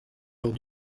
lors